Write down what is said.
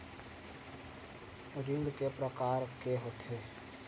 ऋण के प्रकार के होथे?